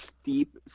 steep